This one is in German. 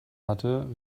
hatte